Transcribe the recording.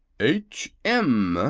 h. m,